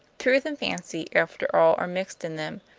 truth and fancy, after all, are mixed in them,